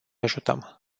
ajutăm